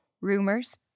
rumors